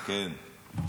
כן.